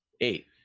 Eight